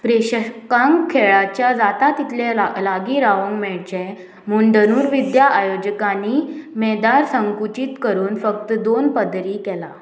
प्रेशकांक खेळाच्या जाता तितलें लागीं लागी रावंक मेळचें म्हूण धनूर्विद्या आयोजकांनी मैदा संकुचीत करून फक्त दोन पदरी केलां